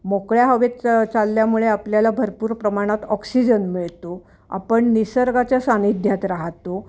मोकळ्या हवेत च चालल्यामुळे आपल्याला भरपूर प्रमाणात ऑक्सिजन मिळतो आपण निसर्गाच्या सान्निध्यात राहतो